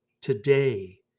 today